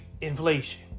inflation